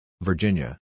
Virginia